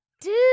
Dude